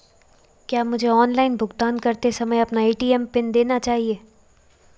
क्या मुझे ऑनलाइन भुगतान करते समय अपना ए.टी.एम पिन देना चाहिए?